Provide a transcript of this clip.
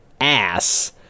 ass